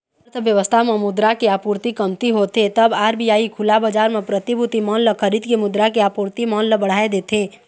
अर्थबेवस्था म मुद्रा के आपूरति कमती होथे तब आर.बी.आई खुला बजार म प्रतिभूति मन ल खरीद के मुद्रा के आपूरति मन ल बढ़ाय देथे